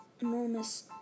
enormous